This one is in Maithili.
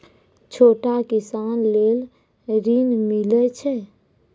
छोटा किसान लेल ॠन मिलय छै?